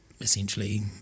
essentially